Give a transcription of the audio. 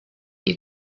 you